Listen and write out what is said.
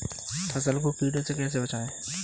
फसल को कीड़ों से कैसे बचाएँ?